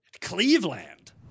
Cleveland